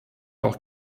auch